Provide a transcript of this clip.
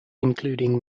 including